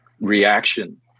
reaction